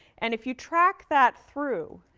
and, if you track that through,